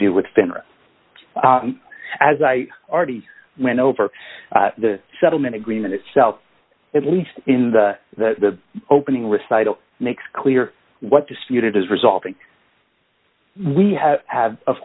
do with finra as i already went over the settlement agreement itself at least in the opening recital makes clear what dispute is resulting we have have of